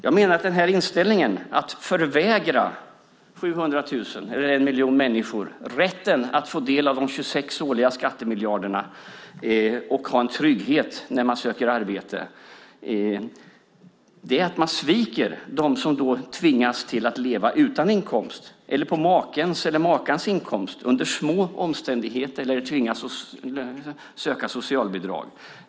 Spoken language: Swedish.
Jag menar att inställningen att förvägra 700 000 eller en miljon människor rätten att få del av de 26 årliga skattemiljarderna och ha en trygghet när de söker arbete är att svika dem som tvingas leva utan inkomst eller på makens eller makans inkomst under små omständigheter. De kanske också tvingas söka socialbidrag.